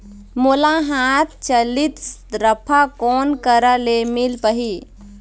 मोला हाथ चलित राफा कोन करा ले मिल पाही?